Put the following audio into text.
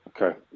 Okay